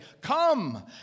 Come